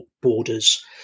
borders